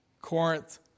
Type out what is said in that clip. Corinth